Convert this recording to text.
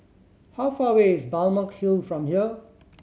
how far away is Balmeg Hill from here